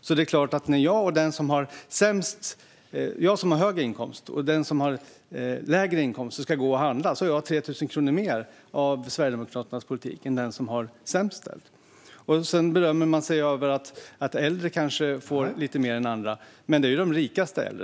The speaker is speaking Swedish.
Så när jag, som har högre inkomst, och den som har lägre inkomst ska gå och handla har jag 3 000 kronor mer med Sverigedemokraternas politik än den som har det sämst ställt. Sedan berömmer man sig av att äldre kanske får lite mer än andra, men det är ju de rikaste äldre.